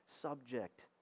subject